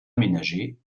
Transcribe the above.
aménagé